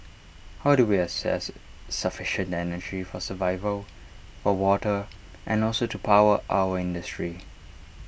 how do we access sufficient energy for survival for water and also to power our industry